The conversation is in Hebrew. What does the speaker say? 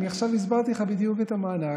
אני עכשיו הסברתי לך בדיוק את המענק.